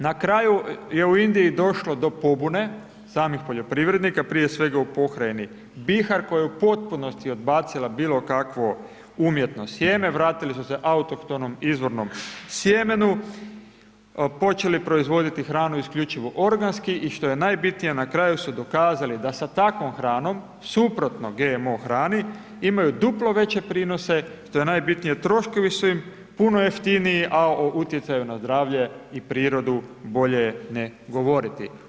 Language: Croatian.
Na kraju je u Indiji došlo do pobune, samih poljoprivrednika, prije svega u pokrajini Bihar, koja je u potpunosti odbacila bilo kakvo umjetno sjemen vratili su se autohtonom izvornom sjemenu, počeli proizvoditi hranu isključivo organski i što je najbitnije, na kraju su dokazali, da s takvom hranom, suprotno GMO hrani, imaju duplo veće prinosi, što je najbitnije troškovi su im puno jeftiniji a o utjecaju na zdravlje i prirodu bolje ne govoriti.